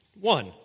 One